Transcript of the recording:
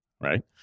right